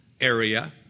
area